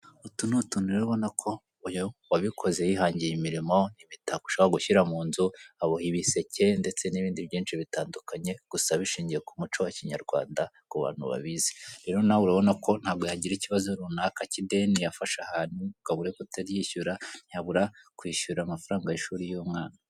Utu ni utuntu rero ubona ko uyu wabikoze yihangiye imirimo imitako ushobora gushira munzu aboha ibiseke ndetse n'ibind byinshi bitandukanye gusa bishingiye ku muco wa kinyarwanda ku bantu babizi, rero nawe urabonako ntabwo yagira ikibazo runaka cy'ideni yafashe ahantu ngo abure kutaryishyura ntiyabura kwishyura amafaranga y'ishuri y'umwana.